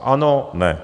Ano ne.